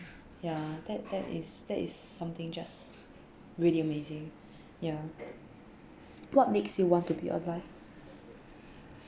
ya that that is that is something just really amazing ya what makes you want to be alive